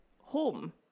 home